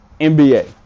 NBA